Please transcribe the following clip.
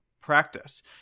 practice